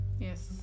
Yes